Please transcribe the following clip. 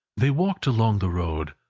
they walked along the road,